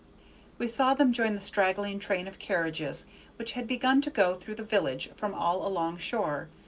we saw them join the straggling train of carriages which had begun to go through the village from all along shore,